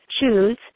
choose